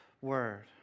word